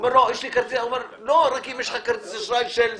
ואז יגידו לו: רק אם יש לך כרטיס אשראי של זה,